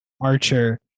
Archer